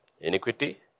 Iniquity